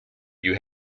you